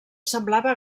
semblava